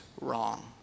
wrong